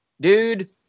dude